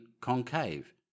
concave